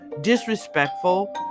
disrespectful